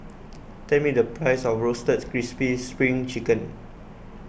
tell me the price of Roasted Crispy Spring Chicken